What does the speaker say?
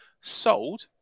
sold